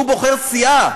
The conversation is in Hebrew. הוא בוחר סיעה.